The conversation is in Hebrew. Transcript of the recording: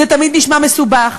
זה תמיד נשמע מסובך,